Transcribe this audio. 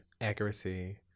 Accuracy